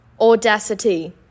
audacity